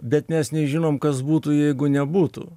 bet mes nežinom kas būtų jeigu nebūtų